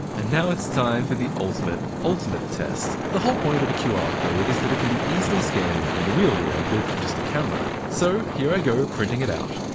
and now it's time for the ultimate, ultimate test. the whole point of a qr code is that it can be easily scanned in from the real world with just a camera. so here i go printing it out.